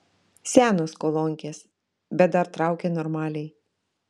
senos kolonkės bet dar traukia normaliai